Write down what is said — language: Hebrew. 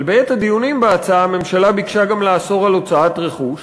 אבל בעת הדיונים בהצעה הממשלה ביקשה גם לאסור הוצאת רכוש.